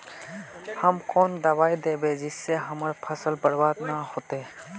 हम कौन दबाइ दैबे जिससे हमर फसल बर्बाद न होते?